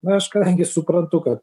na aš kadangi suprantu kad